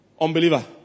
unbeliever